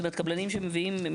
קבלנים שמביאים מוצרים.